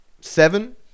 seven